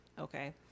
Okay